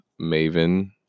Maven